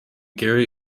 gary